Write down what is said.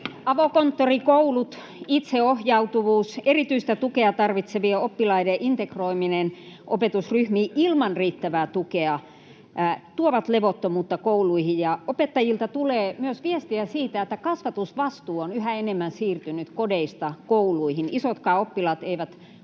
Avokonttorikoulut, itseohjautuvuus, erityistä tukea tarvitsevien oppilaiden integroiminen ja opetusryhmät ilman riittävää tukea tuovat levottomuutta kouluihin. Ja opettajilta tulee myös viestiä siitä, että kasvatusvastuu on yhä enemmän siirtynyt kodeista kouluihin. Isotkaan oppilaat eivät osaa